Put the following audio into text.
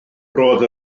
roedd